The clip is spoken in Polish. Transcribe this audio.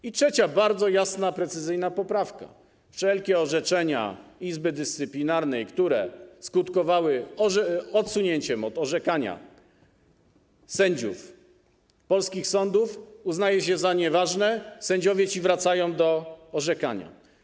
I trzecia bardzo jasna, precyzyjna poprawka - wszelkie orzeczenia Izby Dyscyplinarnej, które skutkowały odsunięciem od orzekania sędziów polskich sądów, uznaje się za nieważne, sędziowie ci wracają do orzekania.